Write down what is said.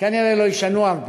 כנראה לא ישנו הרבה.